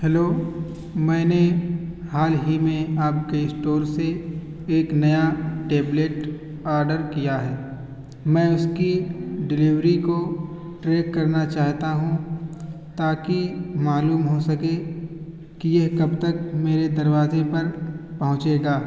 hello میں نے حال ہی میں آپ کے اسٹور سے ایک نیا ٹیبلیٹ آڈر کیا ہے میں اس کی ڈیلیوری کو ٹریک کرنا چاہتا ہوں تاکہ معلوم ہو سکے کہ یہ کب تک میرے دروازے پر پہنچے گا